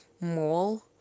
mall